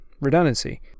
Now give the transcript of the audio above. redundancy